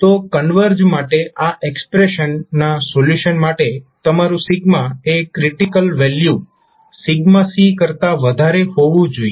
તો કન્વર્જ માટે આ એક્સપ્રેશનના સોલ્યુશન માટે તમારૂ એ ક્રિટિકલ વેલ્યુ c કરતા વધુ હોવું જોઈએ